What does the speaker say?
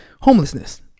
homelessness